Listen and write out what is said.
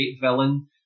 villain